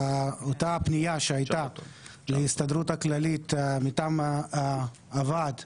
אותה הפנייה שהייתה מההסתדרות הכללית מטעם הוועד,